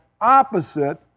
opposite